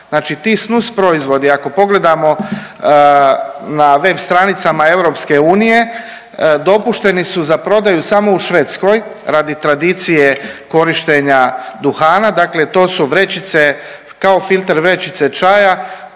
Znači ti snus proizvodi ako pogledamo na web stranicama EU dopušteni su za prodaju samo u Švedskoj radi tradicije korištenja duhana. Dakle, to su vrećice, kao filter vrećice čaja,